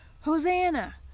Hosanna